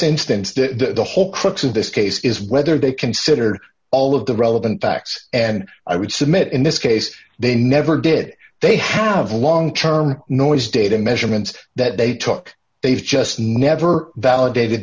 instance that the whole crux of this case is whether they consider all of the relevant facts and i would submit in this case they never did they have a long term noise data measurements that they took they've just never validated